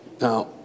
Now